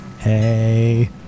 Hey